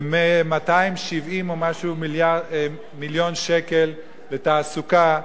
ו-270 או משהו מיליון שקל בתעסוקה,